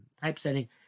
typesetting